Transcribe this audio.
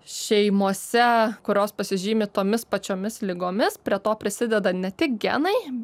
šeimose kurios pasižymi tomis pačiomis ligomis prie to prisideda ne tik genai